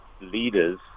leaders